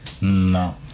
No